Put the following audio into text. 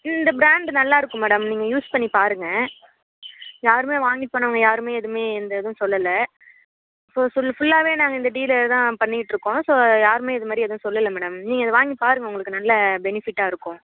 இந்த பிராண்டு நல்லாயிருக்கும் மேடம் நீங்கள் யூஸ் பண்ணிப் பாருங்கள் யாருமே வாங்கிட் போனவங்க யாருமே எதுவுமே எந்த இதுவும் சொல்லலை ஸோ சுல்லு ஃபுல்லாகவே நாங்கள் இந்த டீலை தான் பண்ணியிட்ருக்கோம் ஸோ யாருமே இது மாதிரி எதுவும் சொல்லலை மேடம் நீங்கள் இதை வாங்கி பாருங்கள் உங்களுக்கு நல்ல பெனிஃபிட்டாக இருக்கும்